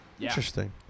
Interesting